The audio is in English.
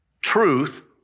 Truth